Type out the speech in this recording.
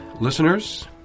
listeners